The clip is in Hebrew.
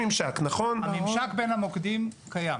הממשק בין המוקדים קיים.